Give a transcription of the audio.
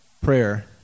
prayer